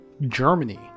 Germany